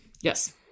yes